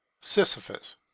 Sisyphus